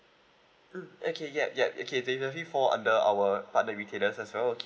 mm okay ya ya okay they actually fall under our partner retailer as well